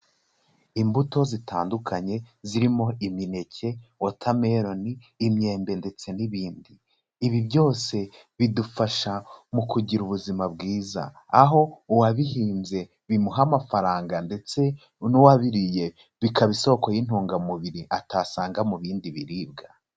Imbuto zitandukanye, zirimo: imineke, wotameloni, imyembe ndetse n'ibindi. Ibi byose bidufasha mu kugira ubuzima bwiza. Aho uwabihinze bimuha amafaranga ndetse n'uwabiriye, bikaba isoko y'intungamubiri atasanga mu bindi biribwa.